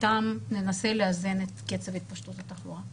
אתן ננסה לאזן את קצב התפשטות התחלואה.